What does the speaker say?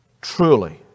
truly